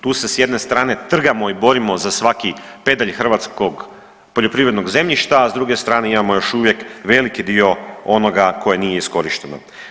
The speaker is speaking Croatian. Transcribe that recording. Tu se s jedne strane trgamo i borimo za svaki pedalj hrvatskog poljoprivrednog zemljišta, a s druge strane imamo još uvijek veliki dio onoga koje nije iskorišteno.